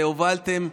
והובלתם,